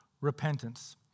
repentance